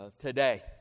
today